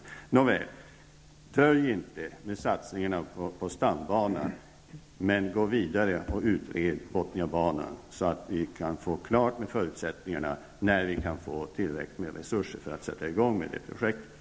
Nåväl -- dröj inte med satsningarna på stambanan, men gå vidare och utred frågan om Bothniabanan så att vi kan få klart för oss vilka förutsättningar som finns och när vi kan få tillräckligt med resurser för att sätta i gång med projektet.